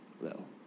little